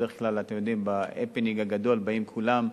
בדרך כלל, אתם יודעים, בהפנינג הגדול באים כולם,